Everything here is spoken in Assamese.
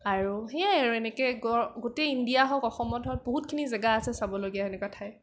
আৰু সেয়াই আৰু এনেকে গোটেই ইণ্ডিয়া হওঁক অসমত হওঁক বহুতখিনি জেগা আছে চাবলগীয়া সেনেকুৱা ঠাই